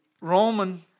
Roman